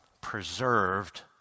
preserved